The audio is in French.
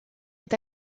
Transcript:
est